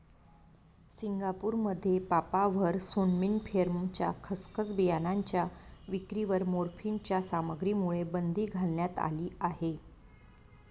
सिंगापूरमध्ये पापाव्हर सॉम्निफेरमच्या खसखस बियाणांच्या विक्रीवर मॉर्फिनच्या सामग्रीमुळे बंदी घालण्यात आली आहे